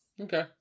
Okay